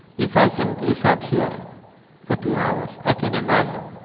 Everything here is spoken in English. if i simply sat here for two hours, i can imagine